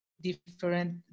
different